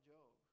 Job